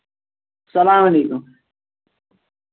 اَسلام علیکُم